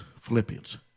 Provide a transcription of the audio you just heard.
Philippians